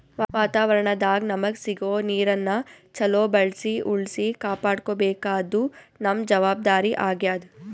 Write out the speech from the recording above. ವಾತಾವರಣದಾಗ್ ನಮಗ್ ಸಿಗೋ ನೀರನ್ನ ಚೊಲೋ ಬಳ್ಸಿ ಉಳ್ಸಿ ಕಾಪಾಡ್ಕೋಬೇಕಾದ್ದು ನಮ್ಮ್ ಜವಾಬ್ದಾರಿ ಆಗ್ಯಾದ್